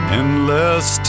endless